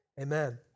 amen